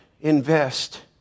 invest